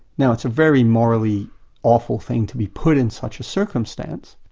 now it's a very morally awful thing to be put in such a circumstance